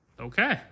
Okay